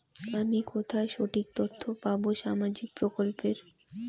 আমি কোথায় সঠিক তথ্য পাবো সামাজিক প্রকল্পের?